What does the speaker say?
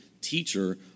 teacher